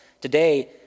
today